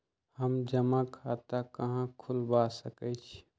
हम जमा खाता कहां खुलवा सकई छी?